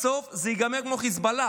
בסוף זה ייגמר כמו חיזבאללה.